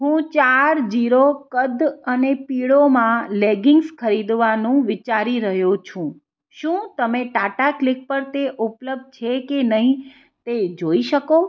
હું ચાર ઝીરો કદ અને પીળોમાં લેગીન્સ ખરીદવાનું વિચારી રહ્યો છું શું તમે ટાટા ક્લિક પર તે ઉપલબ્ધ છે કે નહીં તે જોઈ શકો